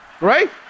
right